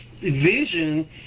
vision